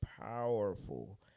Powerful